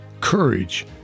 courage